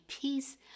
peace